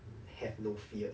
have no fear